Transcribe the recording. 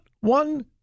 one